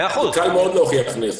קל מאוד להוכיח נזק.